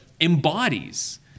embodies